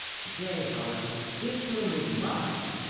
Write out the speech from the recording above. today, however, this room is mine,